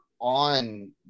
on